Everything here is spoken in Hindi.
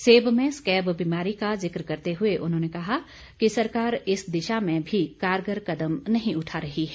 सेब में स्कैब बीमारी का जिक्र करते हुए उन्होंने कहा कि सरकार इस दिशा में भी कारगर कदम नहीं उठा रही है